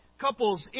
couples